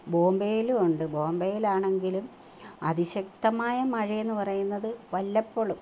ബോംബെയിലുണ്ട് ബോംബെയിലാണെങ്കിലും അതിശക്തമായ മഴയെന്നു പറയുന്നതു വല്ലപ്പോഴും